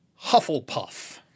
Hufflepuff